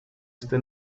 este